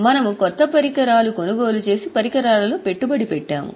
మనము కొత్త పరికరాలు కొనుగోలు చేసి పరికరాలలో పెట్టుబడి పెట్టాము